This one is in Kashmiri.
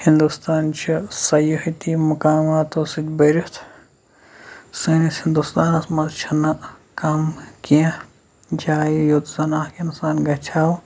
ہِندوستان چھِ سیٲحتی مقاماتو سۭتۍ بٔرِتھ سٲنِس ہِندوستانَس منٛز چھِنہٕ کَم کینٛہہ جایہِ یوٚت زَن اَکھ اِنسان گژھٮ۪و